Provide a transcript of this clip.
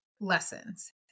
lessons